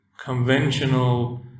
conventional